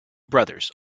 brothers